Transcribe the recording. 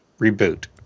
Reboot